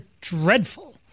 dreadful